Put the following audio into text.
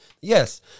Yes